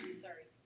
sorry.